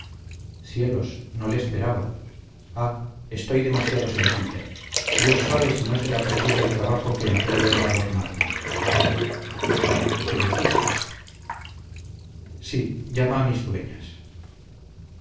cielos no le esperaba ah estoy demasiado sencilla dios sabe si no será perdido el trabajo que emplee en adornarme qué decís sí llama a mis dueñas